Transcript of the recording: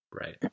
Right